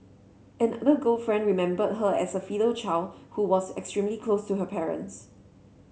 another girlfriend remembered her as a filial child who was extremely close to her parents